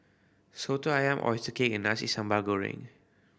Soto Ayam oyster cake and Nasi Sambal Goreng